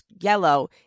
yellow